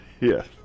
Yes